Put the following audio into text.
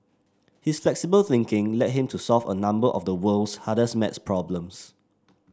his flexible thinking led him to solve a number of the world's hardest maths problems